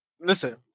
listen